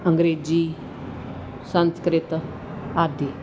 ਅੰਗਰੇਜ਼ੀ ਸੰਸਕ੍ਰਿਤ ਆਦਿ